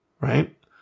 right